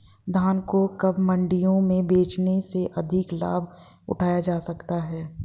धान को कब मंडियों में बेचने से अधिक लाभ उठाया जा सकता है?